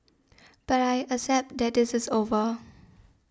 but I accept that this is over